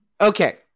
okay